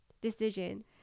decision